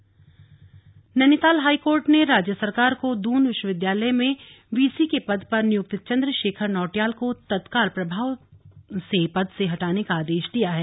high court Nainital high court ने राज्य सरकार को दून विश्वविद्यालय में वीसी के पद पर नियुक्त चन्द्र शेखर नौटियाल को तत्काल प्रभाव से पद से हटाने का आदेश दिया है